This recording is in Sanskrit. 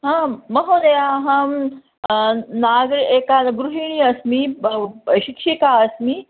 हा महोदया अहं नाग एका गृहिणी अस्मि बव् शिक्षिका अस्मि